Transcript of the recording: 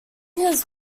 his